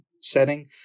setting